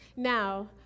Now